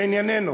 לענייננו.